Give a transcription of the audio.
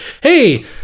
hey